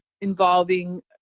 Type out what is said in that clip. involving